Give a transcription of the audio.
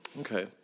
okay